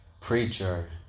preacher